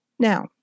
Now